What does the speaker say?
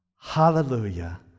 hallelujah